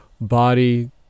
body